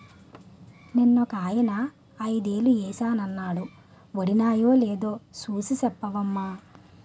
నిన్నొకాయన ఐదేలు ఏశానన్నాడు వొడినాయో నేదో సూసి సెప్పవమ్మా